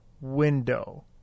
window